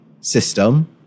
system